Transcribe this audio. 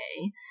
okay